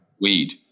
weed